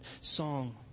song